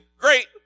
great